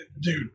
dude